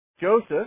Joseph